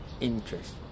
interest